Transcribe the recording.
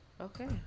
okay